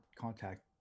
contact